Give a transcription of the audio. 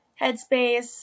headspace